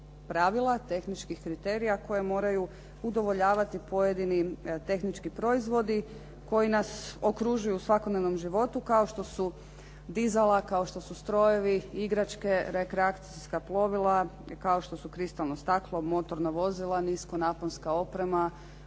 pravila, tehničkih kriterija koje moraju udovoljavati pojedini proizvodi koji nas okružuju u svakodnevnom životu, kao što su dizala, kao što su strojevi, igračke, rekreacijska plovila, kao što su kristalno staklo, motorna vozila, niskonaponska oprema,